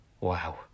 Wow